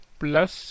plus